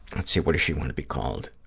let's see, what does she want to be called?